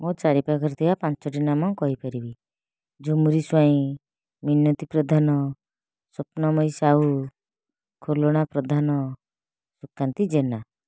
ମୋ ଚାରିପାଖରେ ଥିବା ପାଞ୍ଚଟି ନାମ କହିପାରିବି ଝୁମୁରି ସ୍ୱାଇଁ ମିନତୀ ପ୍ରଧାନ ସ୍ୱପ୍ନମୟୀ ସାହୁ ଖୁଲଣା ପ୍ରଧାନ ସୁକାନ୍ତି ଜେନା